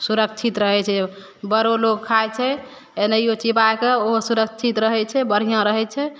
सुरक्षित रहय छै बड़ो लोग खाइ छै एनाहियो चिबायके ओहो सुरक्षित रहय छै बढ़िआँ रहय छै